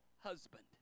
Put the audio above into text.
husband